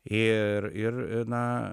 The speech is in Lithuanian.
ir ir na